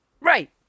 right